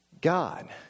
God